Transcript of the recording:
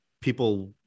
people